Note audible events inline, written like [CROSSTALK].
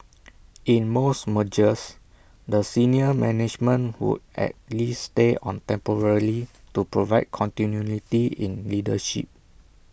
[NOISE] in most mergers the senior management would at least stay on temporarily [NOISE] to provide continuity in leadership